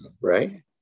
right